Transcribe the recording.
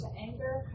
anger